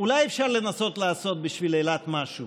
אולי אפשר לנסות לעשות בשביל אילת משהו?